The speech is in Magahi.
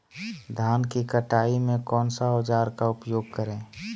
धान की कटाई में कौन सा औजार का उपयोग करे?